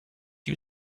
you